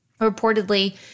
Reportedly